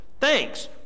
Thanks